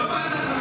זו לא ועדת המעקב.